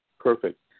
Perfect